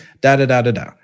da-da-da-da-da